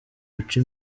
guca